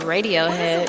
Radiohead